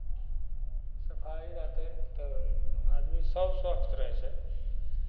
सफाइ रहतै तऽ आदमीसभ स्वस्थ रहै छै